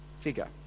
figure